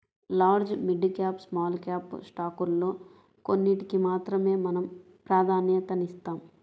large, mid cap, small cap స్టాకుల్లో కొన్నిటికి మాత్రమే మనం ప్రాధన్యతనిస్తాం